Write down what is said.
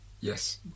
Yes